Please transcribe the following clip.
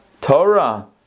Torah